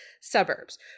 suburbs